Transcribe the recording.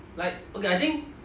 like okay I think